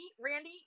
Randy